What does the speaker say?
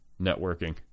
Networking